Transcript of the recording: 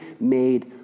made